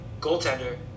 goaltender